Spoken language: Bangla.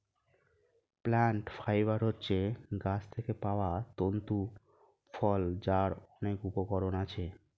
প্লান্ট ফাইবার হচ্ছে গাছ থেকে পাওয়া তন্তু ফল যার অনেক উপকরণ আছে